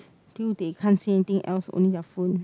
till they can't see anything else only their phone